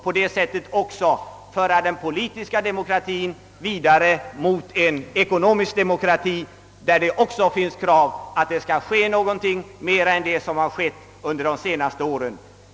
På det sättet för vi också den politiska demokratien vidare mot en ekonomisk demokrati. Det finns härvidlag krav på att det skall göras mer än vad som skett under de senaste åren.